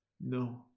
No